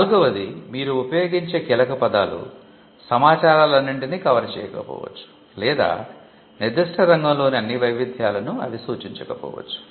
నాల్గవది మీరు ఉపయోగించే కీలకపదాలు సమాచారాలన్నింటిని కవర్ చేయకపోవచ్చు లేదా నిర్దిష్ట రంగం లోని అన్ని వైవిధ్యాలను అవి సూచించకపోవచ్చు